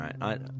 right